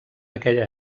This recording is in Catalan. aquella